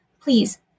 Please